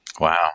Wow